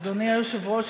אדוני היושב-ראש,